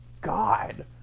God